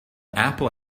apple